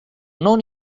non